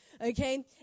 okay